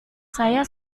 saya